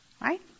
Right